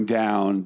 down